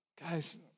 Guys